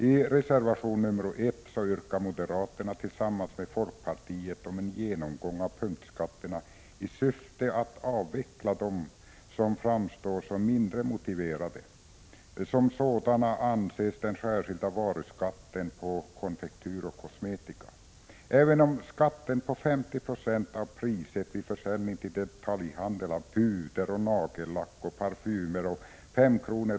I reservation nr 1 yrkar moderaterna tillsammans med folkpartiet på en genomgång av punktskatter, syftande till att avveckla dem som framstår som mindre motiverade. Som sådana anses den särskilda varuskatten på konfektyr och kosmetika. Även om skatten på 50 26 av priset vid försäljning till detaljhandeln av puder, nagellack och parfymer och 5 kr.